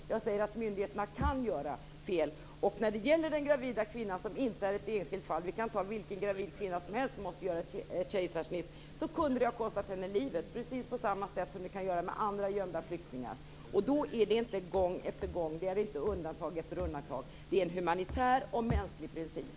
Jag säger att myndigheterna kan göra fel. När det gäller den gravida kvinnan - och hon är inte något enskilt fall; vi kan ta vilken gravid kvinna som helst som måste göra kejsarsnitt - kunde detta ha kostat henne livet, precis på samma sätt som det kan göra med andra gömda flyktingar. Då är det inte gång efter gång. Det är inte undantag efter undantag. Det är en humanitär och mänsklig princip.